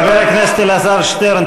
חבר הכנסת אלעזר שטרן,